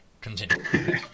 Continue